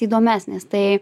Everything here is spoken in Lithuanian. įdomesnės tai